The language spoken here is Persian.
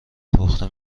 پخته